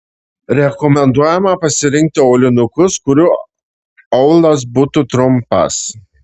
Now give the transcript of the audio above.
rekomenduojama pasirinkti aulinukus kurių aulas būtų trumpas